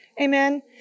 Amen